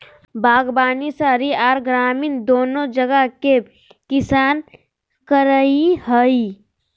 बागवानी शहरी आर ग्रामीण दोनो जगह के किसान करई हई,